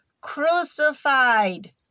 crucified